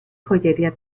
joyería